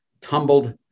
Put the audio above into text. tumbled